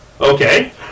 okay